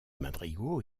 madrigaux